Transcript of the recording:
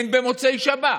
אין במוצאי שבת.